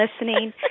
listening